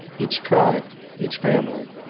each tribe, each family,